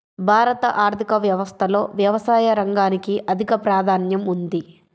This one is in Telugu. భారత ఆర్థిక వ్యవస్థలో వ్యవసాయ రంగానికి అధిక ప్రాధాన్యం ఉంది